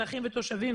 הקרובים?